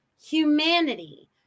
humanity